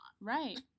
right